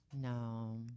No